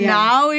now